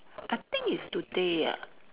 I think it's today ah